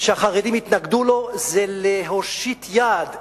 שהחרדים התנגדו לו, זה להושיט יד לעולם,